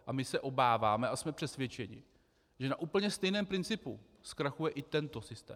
A my se obáváme a jsme přesvědčeni, že na úplně stejném principu zkrachuje i tento systém.